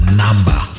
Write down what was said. number